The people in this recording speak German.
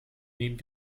nehmen